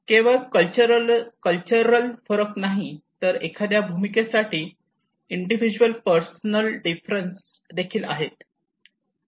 केवळ कल्चरल फरकच नाही तर एखाद्या भूमिकेसाठी इंडिविडुअल पर्सनल डिफरन्स देखील आहेत